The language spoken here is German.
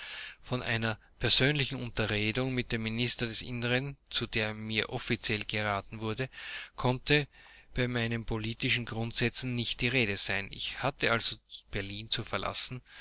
von einer persönlichen unterredung mit dem minister des innern zu der mir offiziell geraten wurde konnte bei meinen politischen grundsätzen nicht die rede sein ich hatte also berlin zu verlassen